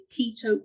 keto